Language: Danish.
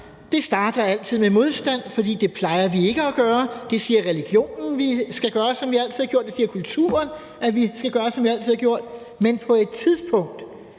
Det starter jo altid med modstand, for »det plejer vi ikke at gøre«, religionen siger, vi skal gøre, som vi altid har gjort, kulturen siger, at vi skal gøre, som vi altid har gjort. Men på et tidspunkt